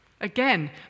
Again